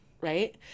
right